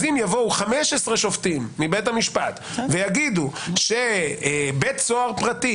אז אם יבואו 15 שופטים מבית המשפט ויגידו שבית סוהר פרטי